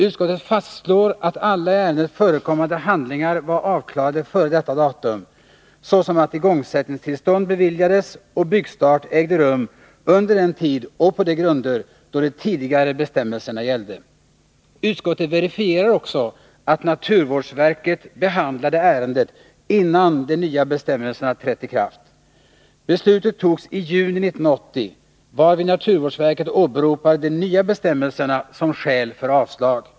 Utskottet fastslår att alla i ärendet förekommande handlingar var avklarade före detta datum, såsom att igångsättningstillstånd beviljades och byggstart ägde rum under den tid och på de grunder då de tidigare bestämmelserna gällde. Utskottet verifierar också att naturvårdsverket behandlade ärendet, innan de nya bestämmelserna trätt i kraft. Beslutet fattades i juni 1980, varvid naturvårdsverket åberopade de nya bestämmelserna som skäl för avslag.